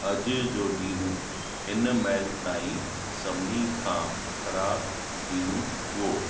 अॼु जो ॾींहुं हिनमहिल ताईं खां सभिनी खां ख़राबु ॾींहुं हुयो